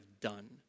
done